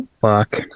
Fuck